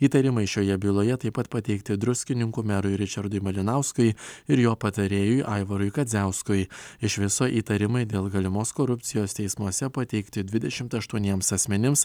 įtarimai šioje byloje taip pat pateikti druskininkų merui ričardui malinauskui ir jo patarėjui aivarui kadziauskui iš viso įtarimai dėl galimos korupcijos teismuose pateikti dvidešimt aštuoniems asmenims